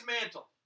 mantle